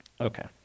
Okay